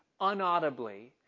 unaudibly